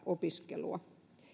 opiskelua